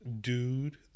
dude